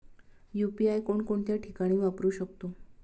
UPI कोणकोणत्या ठिकाणी वापरू शकतो?